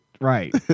Right